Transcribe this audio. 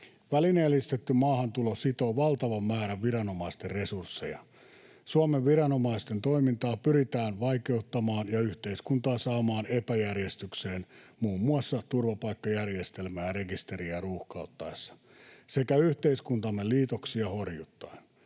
Välineellistetty maahantulo sitoo valtavan määrän viranomaisten resursseja. Suomen viranomaisten toimintaa pyritään vaikeuttamaan ja yhteiskuntaa saamaan epäjärjestykseen muun muassa turvapaikkajärjestelmää ja ‑rekisteriä ruuhkauttaen sekä yhteiskuntamme liitoksia horjuttaen.